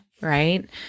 right